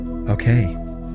Okay